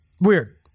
weird